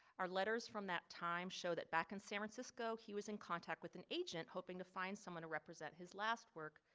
our letters from that time show that back in san francisco, he was in contact with an agent hoping to find someone to represent his last work